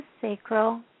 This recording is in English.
sacral